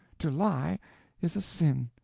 to lie is a sin.